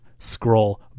scroll